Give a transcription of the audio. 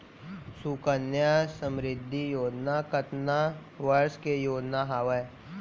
सुकन्या समृद्धि योजना कतना वर्ष के योजना हावे?